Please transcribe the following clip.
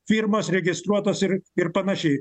firmas registruotas ir ir panašiai